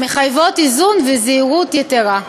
מחייבות איזון וזהירות יתרה.